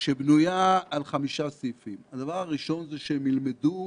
ההצעה בנויה על חמישה סעיפים: ראשית, הם ילמדו